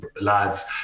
lads